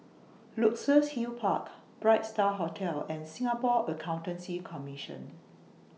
Luxus Hill Park Bright STAR Hotel and Singapore Accountancy Commission